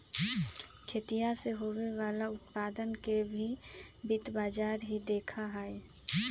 खेतीया से होवे वाला उत्पादन के भी वित्त बाजार ही देखा हई